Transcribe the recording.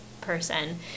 person